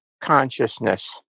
consciousness